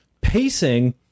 pacing